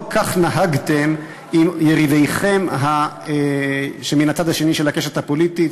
לא כך נהגתם עם יריביכם שמן הצד השני של הקשת הפוליטית.